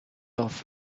off